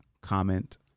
comment